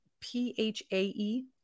P-H-A-E